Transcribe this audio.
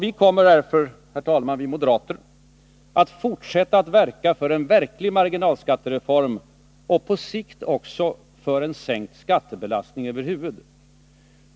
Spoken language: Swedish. Vi moderater kommer därför att fortsätta att verka för en verklig marginalskattereform och på sikt också för sänkt skattebelastning.